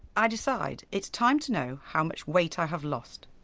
i decide it's time to know how much weight i have lost.